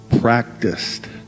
practiced